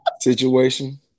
Situation